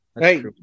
hey